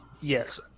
Yes